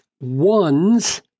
ones